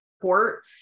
support